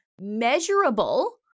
measurable